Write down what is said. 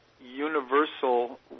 universal